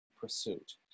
pursuit